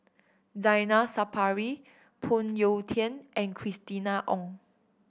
Zainal Sapari Phoon Yew Tien and Christina Ong